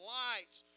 lights